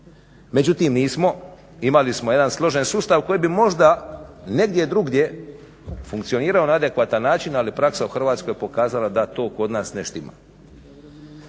Međutim nismo, imali smo jedan složen sustav koji bi možda negdje drugdje funkcionirao na adekvatan način ali praksa u Hrvatskoj je pokazala da to kod nas ne štima.